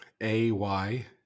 A-Y